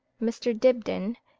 mr. dibdin,